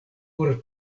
por